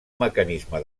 mecanisme